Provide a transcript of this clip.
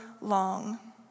long